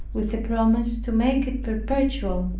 with a promise to make it perpetual,